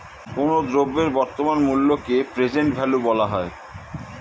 কোনো দ্রব্যের বর্তমান মূল্যকে প্রেজেন্ট ভ্যালু বলা হয়